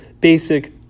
basic